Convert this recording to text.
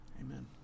Amen